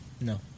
no